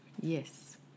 yes